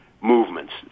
movements